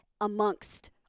amongst